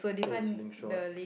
so a slingshot